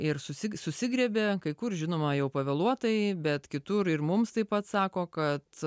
ir susigriebė kai kur žinoma jau pavėluotai bet kitur ir mums taip pat sako kad